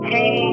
Hey